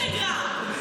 חיים לפי האינסטגרם.